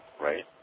right